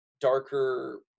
darker